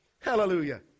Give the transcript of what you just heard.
hallelujah